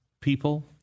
people